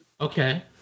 Okay